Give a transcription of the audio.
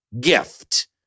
gift